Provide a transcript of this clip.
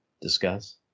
discuss